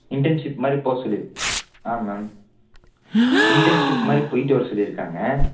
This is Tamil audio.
இன்டென்ஷிப் மாதிரி போ சொல்லி ஆ மேம் இன்டென்ஷிப் மாதிரி போய்ட்டு வர சொல்லியிருக்காங்க